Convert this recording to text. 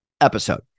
episode